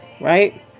Right